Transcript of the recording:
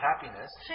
happiness